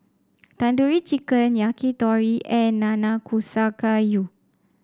Tandoori Chicken Yakitori and Nanakusa Gayu